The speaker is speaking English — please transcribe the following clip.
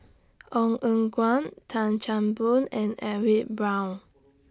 Ong Eng Guan Tan Chan Boon and Edwin Brown